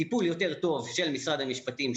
טיפול יותר טוב של משרד המשפטים,